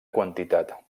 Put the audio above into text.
quantitat